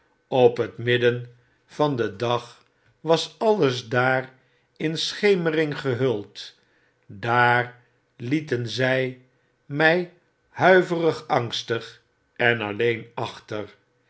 op het midden van den dag was alles daar in schemering gehuld daar lieten zy my huiverig angstig en alleen achter